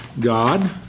God